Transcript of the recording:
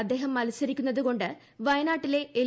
അദ്ദേഹം മത്സരി ക്കുന്നതുകൊണ്ട് വയനാട്ടിലെ എൽ